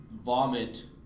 vomit